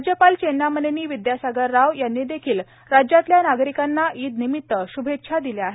राज्यपाल चेन्नामनेनी विद्यासागर राव यांनी देखील राज्यातल्या नागरिकांना ईद निमित श्भेच्छा दिल्या आहेत